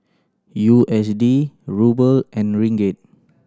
U S D Ruble and Ringgit